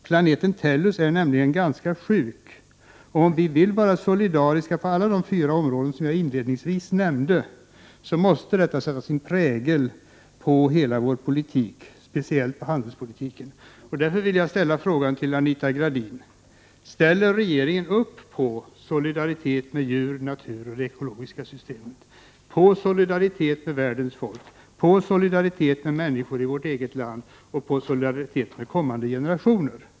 Planeten Tellus är nämligen ganska sjuk. Om vi vill vara solidariska på alla de fyra områden som jag inledningsvis nämnde, måste detta sätta sin prägel på hela vår politik, speciellt handelspolitiken. Jag vill därför fråga Anita Gradin: Ställer regeringen sig bakom solidaritet med djur, natur och det ekologiska systemet? Ställer regeringen sig bakom solidaritet med världens befolkning, med människor i vårt eget land och med kommande generationer?